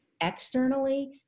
externally